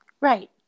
Right